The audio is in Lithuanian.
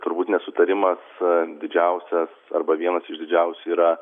turbūt nesutarimas didžiausias arba vienas iš didžiausių yra